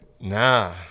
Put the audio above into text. Nah